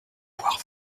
boire